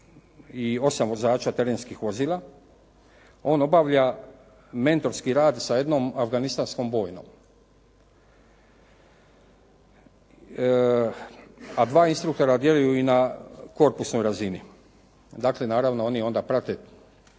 i 8 vozača terenskih vozila, on obavlja mentorski rad sa jednom afganistanskom bojnom, a dva instruktora djeluju i na korupsnoj razini. Dakle, naravno oni onda prate